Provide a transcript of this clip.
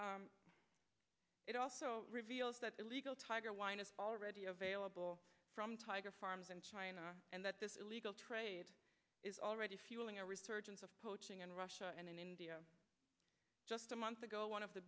it also reveals that illegal tiger wine is already available from tiger farms in china and that this illegal trade is fueling a resurgence of poaching in russia and in india just a month ago one of the